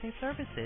Services